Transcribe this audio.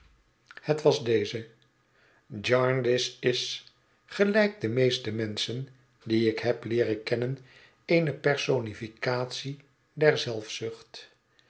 het was deze jarndyce is gelijk de meeste menschen die ik heb leeren kennen eene personificatie der